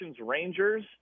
Rangers